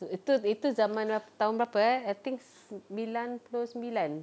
itu itu zaman a~ tahun berapa eh I think sembilan puluh sembilan